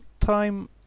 time